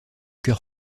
cœur